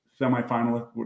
semifinalist